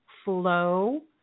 Flow